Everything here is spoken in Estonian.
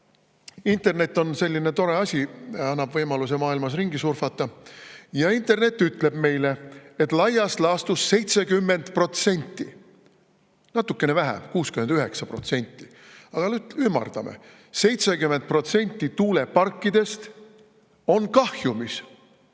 Internet on tore asi, annab võimaluse maailmas ringi surfata. Internet ütleb meile, et laias laastus 70% – natukene vähem, 69%, aga ümardame – tuuleparkidest on kahjumis.